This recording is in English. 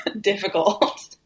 difficult